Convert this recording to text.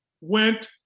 went